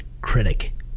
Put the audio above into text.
critic